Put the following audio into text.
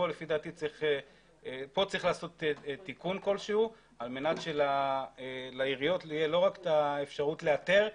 פה צריך לעשות תיקון כלשהו על מנת שלעיריות תהיה האפשרות לא רק לאתר,